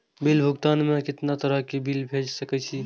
Bill भुगतान में कितना तरह के बिल भेज सके छी?